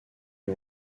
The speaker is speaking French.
lui